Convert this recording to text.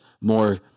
more